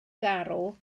garw